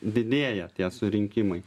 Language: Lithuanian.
didėja tie surinkimai